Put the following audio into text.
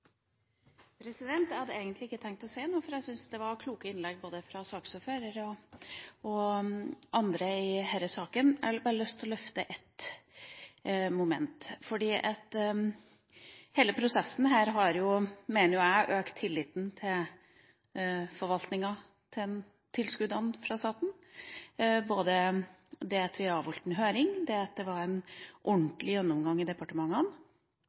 anledning. Jeg hadde egentlig ikke tenkt å si noe, for jeg syns det var kloke innlegg både fra saksordføreren og andre i denne saken, men jeg har bare lyst til å løfte et moment. Hele prosessen mener jeg har økt tilliten til forvaltninga av tilskuddene fra staten, både det at vi avholdt en høring og det at det var en ordentlig gjennomgang i departementene